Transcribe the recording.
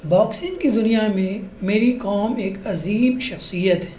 boxing کی دنیا میں میری کوم ایک عظیم شخصیت ہے